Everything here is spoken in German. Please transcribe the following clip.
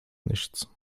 nichts